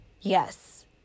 Yes